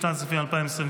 לשנת הכספים 2024,